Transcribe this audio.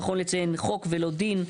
נכון לציין "חוק" ולא "דין".